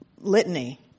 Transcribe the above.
litany